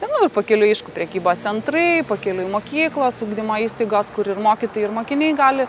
nu ir pakeliui aišku prekybos centrai pakeliui mokyklos ugdymo įstaigos kur ir mokytojai ir mokiniai gali